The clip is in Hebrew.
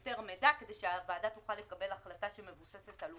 יותר מידע כדי שהוועדה תוכל לקבל החלטה שהיא מבוססת על עובדות,